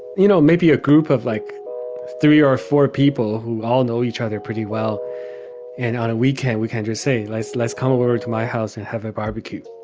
you know, maybe a group of like three or four people who all know each other pretty well and on a weekend we you say let's let's come over to my house and have a barbecue.